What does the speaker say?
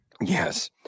Yes